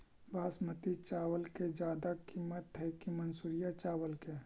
बासमती चावल के ज्यादा किमत है कि मनसुरिया चावल के?